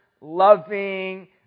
loving